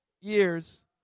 years